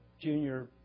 Junior